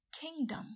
kingdom